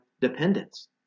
dependence